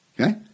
Okay